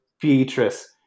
Beatrice